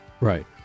Right